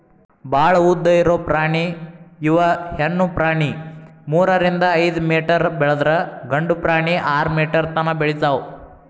ಭಾಳ ಉದ್ದ ಇರು ಪ್ರಾಣಿ ಇವ ಹೆಣ್ಣು ಪ್ರಾಣಿ ಮೂರರಿಂದ ಐದ ಮೇಟರ್ ಬೆಳದ್ರ ಗಂಡು ಪ್ರಾಣಿ ಆರ ಮೇಟರ್ ತನಾ ಬೆಳಿತಾವ